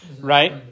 right